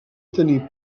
tenir